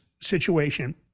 situation